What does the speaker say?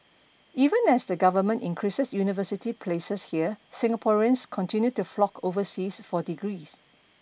even as the Government increases university places here Singaporeans continue to flock overseas for degrees